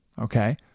Okay